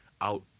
out